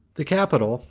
the capitol,